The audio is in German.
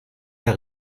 der